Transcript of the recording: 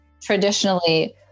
traditionally